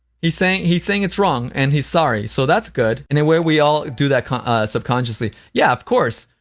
he's saying he's saying it's wrong and he's sorry so that's good. in a way, we all do that kind of subconsciously. yeah, of course.